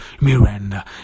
Miranda